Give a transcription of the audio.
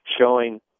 showing